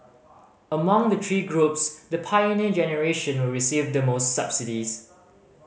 among the three groups the Pioneer Generation will receive the most subsidies